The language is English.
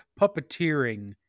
puppeteering